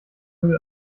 müll